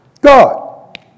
God